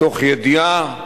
מתוך ידיעה,